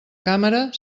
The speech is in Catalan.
càmera